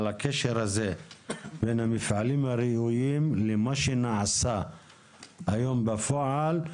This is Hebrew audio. הקשר הזה בין המפעלים הראויים למה שנעשה היום בפועל,